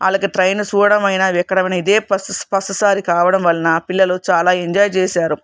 వాళ్లకి ట్రైన్ చూడడమైనా ఎక్కడమైనా ఇదే ఫస్ట్ ఫస్ట్ సారి కావడం వలన పిల్లలు చాలా ఎంజాయ్ చేశారు